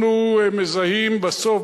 אנחנו מזהים בסוף,